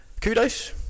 kudos